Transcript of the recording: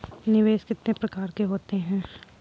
निवेश कितने प्रकार के होते हैं?